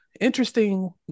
interesting